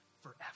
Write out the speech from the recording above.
forever